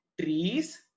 trees